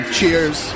Cheers